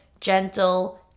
gentle